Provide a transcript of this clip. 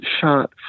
shot